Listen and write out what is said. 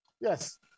Yes